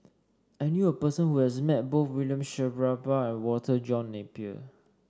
I knew a person who has met both William Shellabear and Walter John Napier